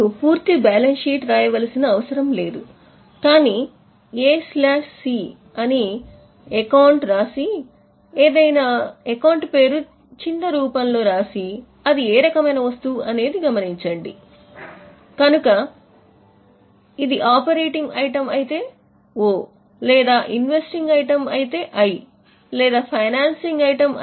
మీరు పూర్తి balance sheet వ్రాయవలసిన అవసరం లేదు కానీ ఎసి లేదా ఏదైనా చిన్న రూపంలో వ్రాసి అది ఏ రకమైన వస్తువు అనేది గమనించండి కనుక ఇది ఆపరేటింగ్ ఐటమ్ లేదా ఇన్వెస్ట్ ఐటమ్ లేదా ఫైనాన్సింగ్ ఐటమ్